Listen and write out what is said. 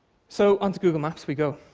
so onto google maps we go,